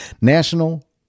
National